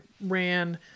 ran